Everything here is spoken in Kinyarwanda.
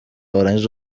warangiza